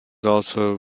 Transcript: also